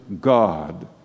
God